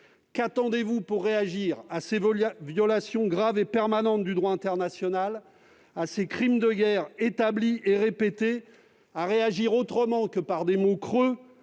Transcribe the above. Qu'attendez-vous pour réagir à ces violations graves et permanentes du droit international, à ces crimes de guerre établis et répétés, autrement que par des mots creux